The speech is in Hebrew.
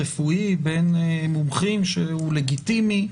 רפואי בין מומחים שהוא לגיטימי,